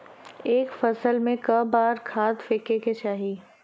एक फसल में क बार खाद फेके के चाही?